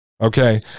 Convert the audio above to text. okay